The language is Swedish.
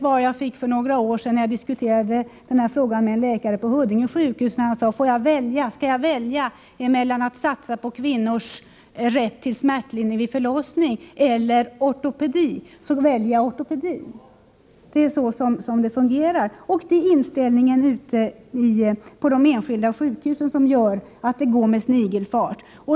När jag för några år sedan diskuterade den här frågan med en läkare på Huddinge sjukhus fick jag svaret: Skall jag välja mellan att satsa på kvinnors rätt till smärtlindring vid förlossning och ortopedi, väljer jag ortopedin. Det är så det fungerar, och det är den inställningen ute på de enskilda sjukhusen som gör att det går med snigelfart.